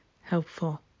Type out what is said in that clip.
helpful